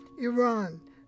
Iran